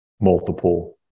multiple